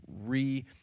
re